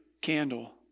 candle